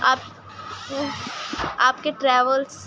آپ آپ کے ٹریولس